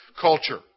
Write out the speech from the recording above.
culture